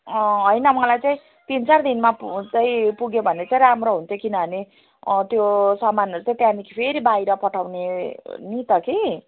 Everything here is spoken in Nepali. होइन मलाई चाहिँ तिनचार दिनमा पु चाहिँ पुग्यो भने चाहिँ राम्रो हुन्थ्यो किनभने त्यो समानहरू चाहिँ त्यहाँदेखि फेरि बाहिर पठाउने नि त कि